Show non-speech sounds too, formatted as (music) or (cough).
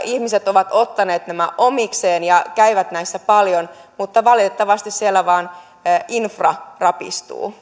(unintelligible) ihmiset ovat ottaneet nämä omikseen ja käyvät näissä paljon mutta valitettavasti siellä vain infra rapistuu (unintelligible)